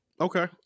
Okay